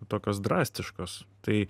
tokios drastiškos tai